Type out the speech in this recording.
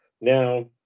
Now